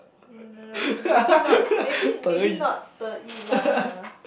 um no maybe not maybe maybe not Deyi lah !huh!